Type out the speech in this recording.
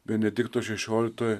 benedikto šešioliktojo